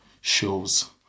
shows